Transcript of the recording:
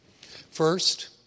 First